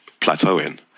plateauing